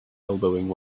elbowing